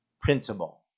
principle